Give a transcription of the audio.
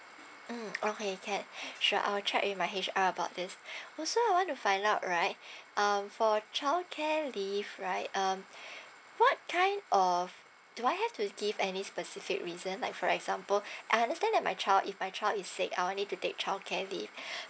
um okay can sure I'll check with my H_R about this also I want to find out right um for childcare leave right um what kind of do I have to give any specific reason like for example I understand that my child if my child is sick I will need to take childcare leave